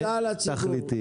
פשוטה לציבור.